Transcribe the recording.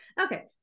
Okay